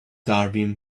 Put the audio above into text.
darwin